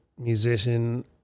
musician